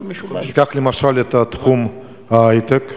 ניקח, למשל, את תחום ההיי-טק.